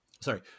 sorry